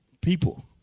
people